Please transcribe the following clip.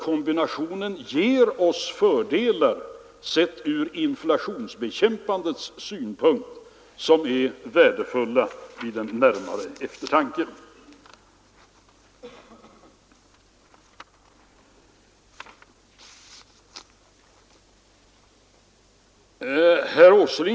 Kombinationen ger oss fördelar, sett från inflationsbekämpandets synpunkt, som vid närmare eftertanke är värdefulla.